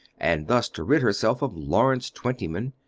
and thus to rid herself of lawrence twentyman.